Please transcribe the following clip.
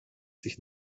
sich